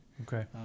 Okay